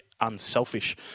unselfish